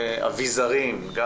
צוהריים טובים.